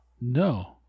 No